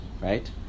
right